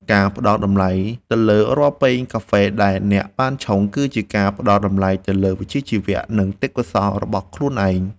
ការផ្តល់តម្លៃទៅលើរាល់ពែងកាហ្វេដែលអ្នកបានឆុង គឺជាការផ្តល់តម្លៃទៅលើវិជ្ជាជីវៈ និងទេពកោសល្យរបស់ខ្លួនឯង។